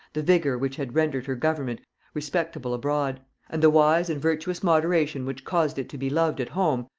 the vigor which had rendered her government respectable abroad and the wise and virtuous moderation which caused it to beloved at home,